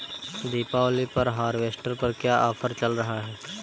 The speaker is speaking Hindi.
दीपावली पर हार्वेस्टर पर क्या ऑफर चल रहा है?